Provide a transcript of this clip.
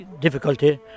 difficulty